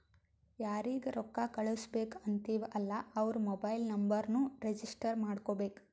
ಯಾರಿಗ ರೊಕ್ಕಾ ಕಳ್ಸುಬೇಕ್ ಅಂತಿವ್ ಅಲ್ಲಾ ಅವ್ರ ಮೊಬೈಲ್ ನುಂಬರ್ನು ರಿಜಿಸ್ಟರ್ ಮಾಡ್ಕೋಬೇಕ್